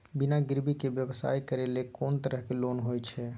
बिना गिरवी के व्यवसाय करै ले कोन तरह के लोन होए छै?